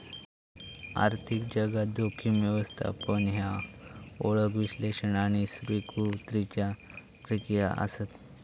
आर्थिक जगात, जोखीम व्यवस्थापन ह्या ओळख, विश्लेषण आणि स्वीकृतीच्या प्रक्रिया आसत